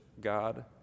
God